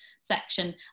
section